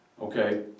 Okay